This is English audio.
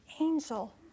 angel